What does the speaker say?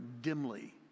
dimly